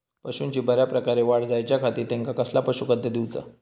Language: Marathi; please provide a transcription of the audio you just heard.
पशूंची बऱ्या प्रकारे वाढ जायच्या खाती त्यांका कसला पशुखाद्य दिऊचा?